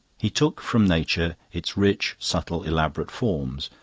he took from nature its rich, subtle, elaborate forms,